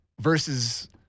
versus